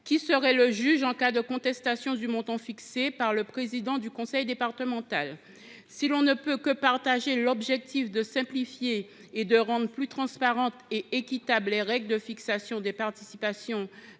Qui serait le juge en cas de contestation du montant fixé par le président du conseil départemental ? Si l’on ne peut que partager la volonté de simplifier et de rendre plus transparentes et équitables les règles de fixation des participations